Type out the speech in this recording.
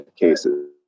cases